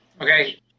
Okay